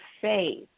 faith